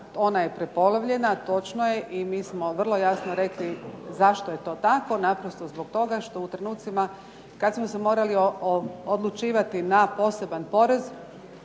ona je prepolovljena, točno je i mi smo vrlo jasno rekli zašto je to tako, naprosto zbog toga što u trenucima kad smo se morali odlučivati na poseban porez,